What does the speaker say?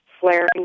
flaring